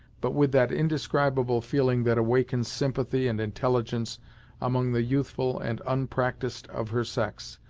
but, with that indescribable feeling that awakens sympathy and intelligence among the youthful and unpracticed of her sex,